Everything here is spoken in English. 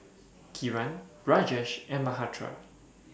Kiran Rajesh and Mahatma